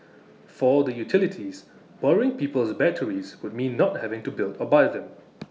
for the utilities borrowing people's batteries would mean not having to build or buy them